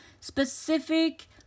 specific